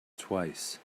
twice